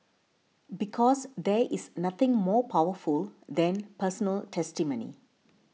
because there is nothing more powerful than personal testimony